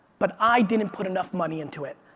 but i didn't put enough money into it.